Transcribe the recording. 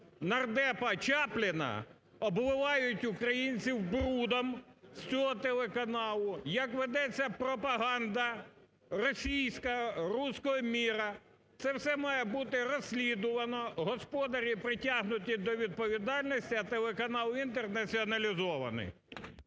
нардепа Чапліна обливають українців брудом з цього телеканалу, як ведеться пропаганда російська, "русского мира". Це все має бути розслідувано, господарі притягнуті до відповідальності, а телеканал "Інтер" націоналізований.